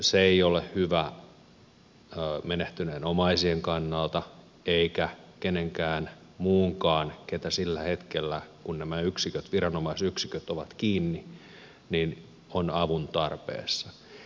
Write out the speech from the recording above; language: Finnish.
se ei ole hyvä menehtyneen omaisien kannalta eikä kenenkään muunkaan joka sillä hetkellä kun nämä viranomaisyksiköt ovat kiinni on avun tarpeessa